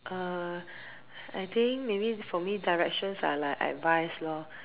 err I think maybe for me directions are like advice lor